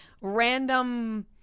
random